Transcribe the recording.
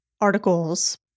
articles